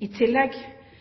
I tillegg